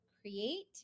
create